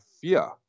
fear